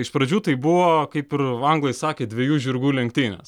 iš pradžių tai buvo kaip ir anglai sakė dviejų žirgų lenktynės